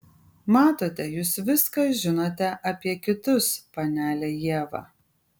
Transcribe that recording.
matote jūs viską žinote apie kitus panele ieva